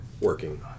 working